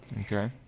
okay